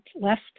left